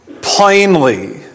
plainly